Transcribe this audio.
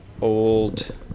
old